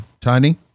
Tiny